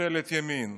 ממשלת ימין.